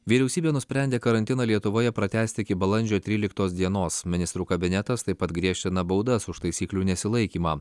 vyriausybė nusprendė karantiną lietuvoje pratęsti iki balandžio tryliktos dienos ministrų kabinetas taip pat griežtina baudas už taisyklių nesilaikymą